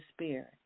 Spirit